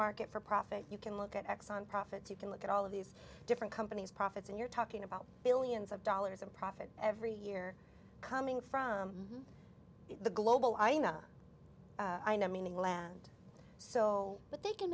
market for profit you can look at exxon profits you can look at all of these different companies profits and you're talking about billions of dollars in profit every year coming from the global i know i know meaning land so but they can